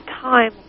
time